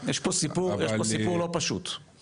אבל --- יש פה סיפור לא פשוט,